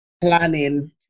planning